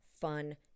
fun